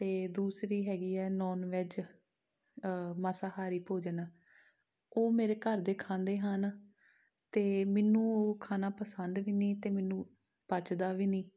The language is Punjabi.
ਅਤੇ ਦੂਸਰੀ ਹੈਗੀ ਹੈ ਨੋਨ ਵੈੱਜ ਮਾਸਾਹਾਰੀ ਭੋਜਨ ਉਹ ਮੇਰੇ ਘਰ ਦੇ ਖਾਂਦੇ ਹਨ ਅਤੇ ਮੈਨੂੰ ਉਹ ਖਾਣਾ ਪਸੰਦ ਵੀ ਨਹੀਂ ਅਤੇ ਮੈਨੂੰ ਪਚਦਾ ਵੀ ਨਹੀਂ